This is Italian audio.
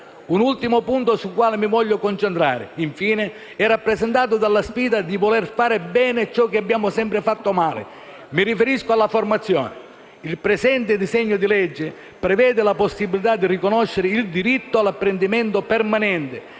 Un ultimo punto sul quale mi voglio concentrare, infine, è rappresentato dalla sfida di voler fare bene ciò che abbiamo sempre fatto male: mi riferisco alla formazione. Il disegno di legge in esame prevede la possibilità di riconoscere il diritto all'apprendimento permanente,